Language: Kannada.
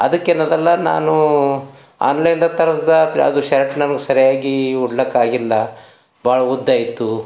ಅದಕ್ಕೇನದಲ್ಲ ನಾನೂ ಆನ್ಲೈನ್ದಾಗ ತರಿಸ್ದ ಈ ಶರ್ಟ್ ನಮ್ಗೆ ಸರಿಯಾಗಿ ಉಡಲಿಕ್ಕೆ ಆಗಿಲ್ಲ ಭಾಳ ಉದ್ದ ಇತ್ತು